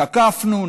תקפנו,